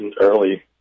early